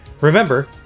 Remember